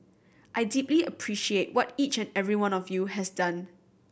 I deeply appreciate what each and every one of you has done